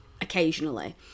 occasionally